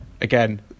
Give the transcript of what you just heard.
again